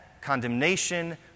condemnation